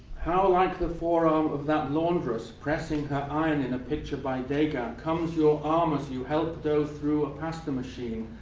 how like the forearm of that laundress pressing her iron in a picture by degas comes your arm as you help dough through pasta machine.